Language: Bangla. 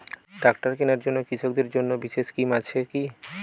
ট্রাক্টর কেনার জন্য কৃষকদের জন্য বিশেষ স্কিম আছে কি?